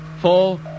four